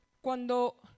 Cuando